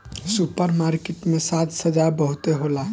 super market में साज सज्जा बहुते होला